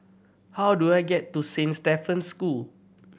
how do I get to Saint Stephen's School